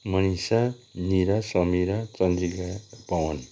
Manisha Nira Samira Chandrika Pawan